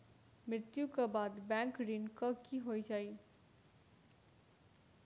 मृत्यु कऽ बाद बैंक ऋण कऽ की होइ है?